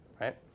right